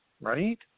right